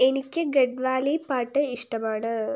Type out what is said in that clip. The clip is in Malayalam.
എനിക്ക് ഗഡ്വാലി പാട്ട് ഇഷ്ടമാണ്